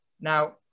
now